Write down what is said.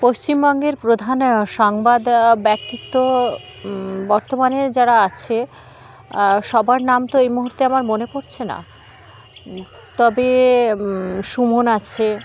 পশ্চিমবঙ্গের প্রধান সংবাদ ব্যক্তিত্ব বর্তমানে যারা আছে সবার নাম তো এই মুহূর্তে আমার মনে পড়ছে না তবে সুমন আছে